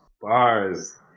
Bars